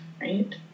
right